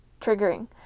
triggering